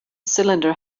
cylinder